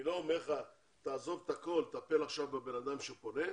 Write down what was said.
אני לא אומר לך עזוב את הכול וטפל עכשיו בבן אדם שפונה,